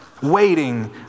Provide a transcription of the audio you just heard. waiting